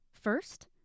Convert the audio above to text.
first